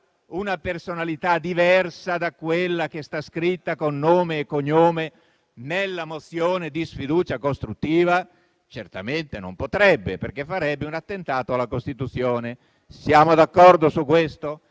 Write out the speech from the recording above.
una personalità diversa da quella il cui nome e cognome sta scritto nella mozione di sfiducia costruttiva? Certamente non potrebbe, perché farebbe un attentato alla Costituzione. Siamo d'accordo su questo?